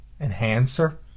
enhancer